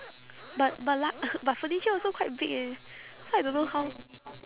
but but lug~ but furniture also quite big eh so I don't know how